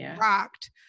rocked